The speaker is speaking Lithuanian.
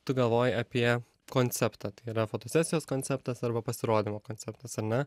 tu galvoji apie konceptą tai yra fotosesijos konceptas arba pasirodymo konceptas ar ne